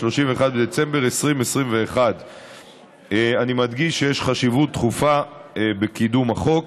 31 בדצמבר 2021. אני מדגיש שיש חשיבות דחופה בקידום החוק.